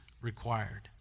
required